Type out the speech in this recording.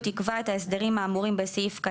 בעשורים האחרונים,